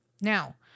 Now